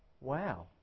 Wow